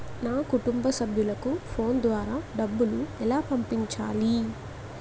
నా కుటుంబ సభ్యులకు ఫోన్ ద్వారా డబ్బులు ఎలా పంపించాలి?